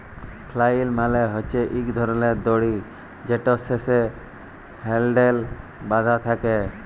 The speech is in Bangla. ফ্লাইল মালে হছে ইক ধরলের দড়ি যেটর শেষে হ্যালডেল বাঁধা থ্যাকে